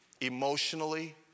emotionally